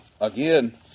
Again